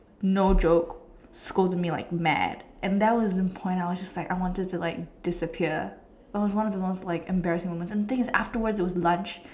no joke scold me like mad and that was the point I was just like I wanted to like disappear it was one of the most like embarrassing moment and things afterwards was lunch